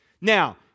Now